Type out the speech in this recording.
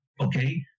okay